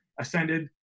ascended